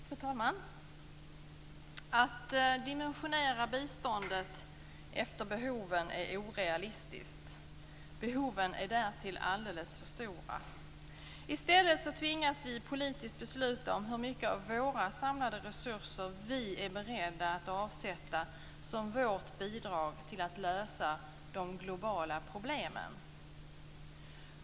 Fru talman! Att dimensionera biståndet efter behoven är orealistiskt. Behoven är därtill alldeles för stora. I stället tvingas vi politiskt besluta om hur mycket av våra samlade resurser vi är beredda att avsätta som vårt bidrag till att lösa de globala problemen.